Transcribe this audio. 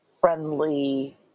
friendly